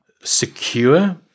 secure